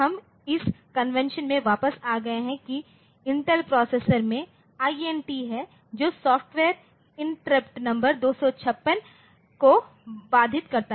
इसलिए हम इस कन्वेंशन में वापस आ गए हैं कि इंटेल प्रोसेसर में INT है जो सॉफ्टवेयर इंटरप्ट नंबर 256 को बाधित करता है